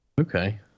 Okay